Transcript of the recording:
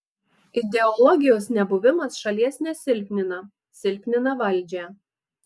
ideologijos nebuvimas šalies nesilpnina silpnina valdžią